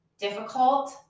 difficult